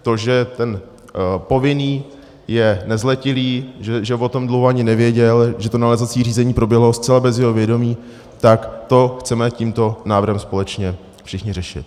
To, že ten povinný je nezletilý, že o tom dluhu ani nevěděl, že to nalézací řízení proběhlo zcela bez jeho vědomí, to chceme tímto návrhem společně všichni řešit.